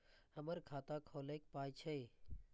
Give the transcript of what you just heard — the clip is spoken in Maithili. हमर खाता खौलैक पाय छै